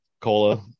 cola